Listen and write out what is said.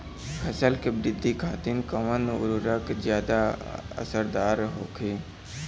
फसल के वृद्धि खातिन कवन उर्वरक ज्यादा असरदार होखि?